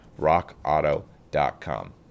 RockAuto.com